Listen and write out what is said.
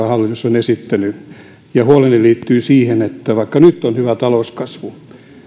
hallitus on esittänyt ja huoleni liittyy siihen että vaikka nyt on hyvä talouskasvu